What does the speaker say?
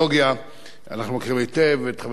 אנחנו מכירים היטב את חבר הכנסת חמד עמאר.